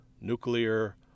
nuclear